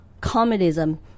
communism